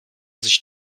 sich